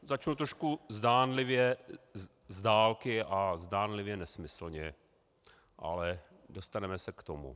Začnu trošku zdánlivě zdálky a zdánlivě nesmyslně, ale dostaneme se k tomu.